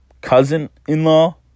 cousin-in-law